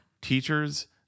Teachers